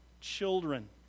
children